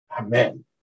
Amen